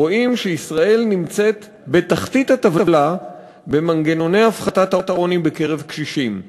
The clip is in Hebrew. רואים שישראל נמצאת בתחתית הטבלה במנגנוני הפחתת העוני בקרב קשישים.